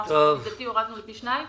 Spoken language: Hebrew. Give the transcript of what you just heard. שזה לא מידתי והורדנו את זה לפי שניים.